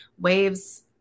waves